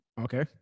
okay